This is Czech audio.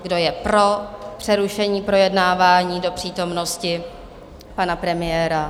Kdo je pro přerušení projednávání do přítomnosti pana premiéra?